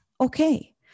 okay